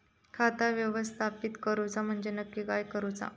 खाता व्यवस्थापित करूचा म्हणजे नक्की काय करूचा?